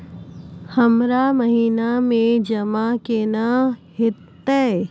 हमरा महिना मे जमा केना हेतै?